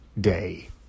day